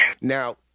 now